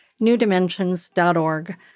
newdimensions.org